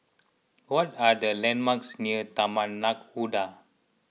what are the landmarks near Taman Nakhoda